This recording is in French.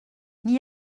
n’y